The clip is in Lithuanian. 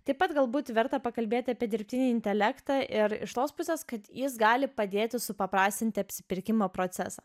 taip pat galbūt verta pakalbėti apie dirbtinį intelektą ir iš tos pusės kad jis gali padėti supaprastinti apsipirkimo procesą